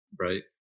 right